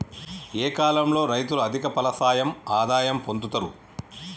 ఏ కాలం లో రైతులు అధిక ఫలసాయం ఆదాయం పొందుతరు?